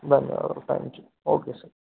ధన్యవాదాలు thank you okay sir